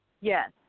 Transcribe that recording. Yes